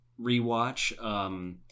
rewatch